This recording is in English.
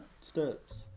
Steps